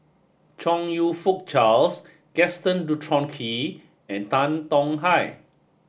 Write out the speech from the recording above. Chong You Fook Charles Gaston Dutronquoy and Tan Tong Hye